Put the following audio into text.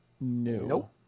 No